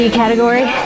category